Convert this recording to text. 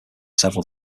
several